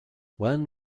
when